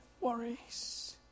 worries